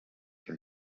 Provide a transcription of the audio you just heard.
que